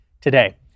today